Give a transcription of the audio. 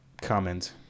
comment